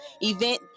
event